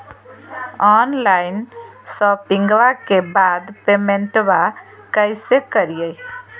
Online शोपिंग्बा के बाद पेमेंटबा कैसे करीय?